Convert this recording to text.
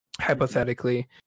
hypothetically